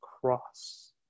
cross